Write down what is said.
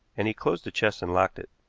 and he closed the chest and locked it.